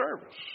service